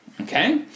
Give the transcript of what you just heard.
okay